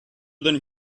than